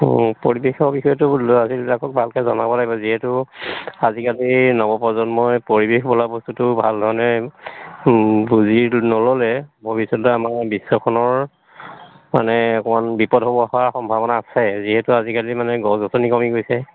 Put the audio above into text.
পৰিৱেশৰ বিষয়েটো ল'ৰা ছোৱালীবিলাকক ভালকৈ জনাব লাগিব যিহেতু আজিকালি নৱপ্ৰজন্মই পৰিৱেশ বোলা বস্তুটো ভাল ধৰণে বুজি নল'লে ভৱিষ্যতে আমাৰ বিশ্বখনৰ মানে অকণমান বিপদ হ'ব হোৱাৰ সম্ভাৱনা আছে যিহেতু আজিকালি মানে গছ গছনি কমি গৈছে